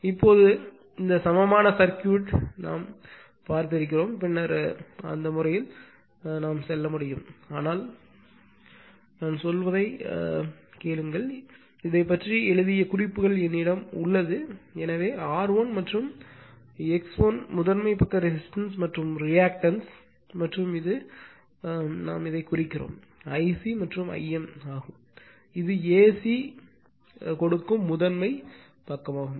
எனவே இப்போது இந்த சமமான சர்க்யூட் நாம் பார்த்திருக்கிறோம் பின்னர் அதன் வழியாக நாம் செல்ல முடியும் ஆனால் சொல்வதை கேளுங்கள் இதை பற்றி எழுதிய குறிப்புகள் என்னிடம் உள்ளது எனவே R1 மற்றும் X1 முதன்மை பக்க ரெசிஸ்டன்ஸ் மற்றும் ரியாக்டன்ஸ் மற்றும் இது நாம் இதைக் குறிக்கிறோம் Ic மற்றும் Im என்று அழைக்கிறோம் இது AC கொடுக்கும் முதன்மை பக்கமாகும்